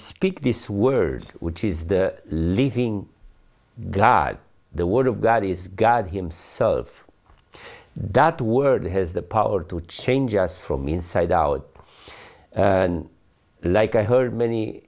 speak this word which is the living god the word of god is god himself that word has the power to change us from inside out like i heard many